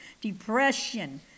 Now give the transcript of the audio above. depression